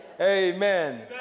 amen